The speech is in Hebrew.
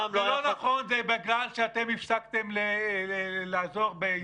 לא --- זה בגלל שאתם הפסקתם לעזור בייבוש